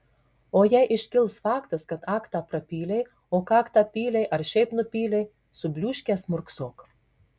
o jei iškils faktas kad aktą prapylei į kaktą pylei ar šiaip nupylei subliūškęs murksok